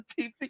TV